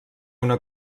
una